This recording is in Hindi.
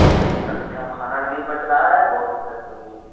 नहीं डाक्टर साहब खाना भी नहीं पच रहा है बहुत दिक़्क़त हो रही है